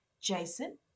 Jason